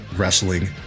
wrestling